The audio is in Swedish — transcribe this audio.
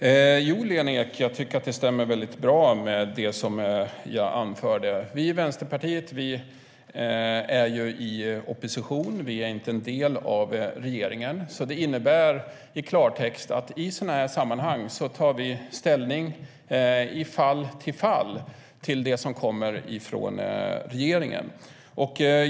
Fru talman! Jo, Lena Ek, jag tycker att det stämmer väldigt bra med det som jag anförde. Vi i Vänsterpartiet är ju i opposition och inte en del av regeringen. Det innebär i klartext att vi tar ställning från fall till fall till de förslag som kommer från regeringen.